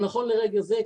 נכון לרגע זה,